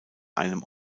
einem